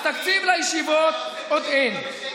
אז תקציב לישיבות עוד אין.